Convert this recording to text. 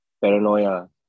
paranoia